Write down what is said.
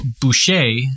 Boucher